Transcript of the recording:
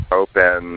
open